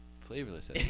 flavorless